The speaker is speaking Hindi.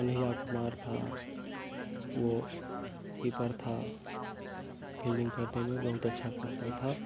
कन्हैया कुमार था वो कीपर था फील्डिंग करने में बहुत अच्छा करता था